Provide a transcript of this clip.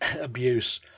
abuse